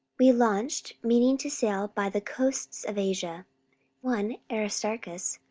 we launched, meaning to sail by the coasts of asia one aristarchus,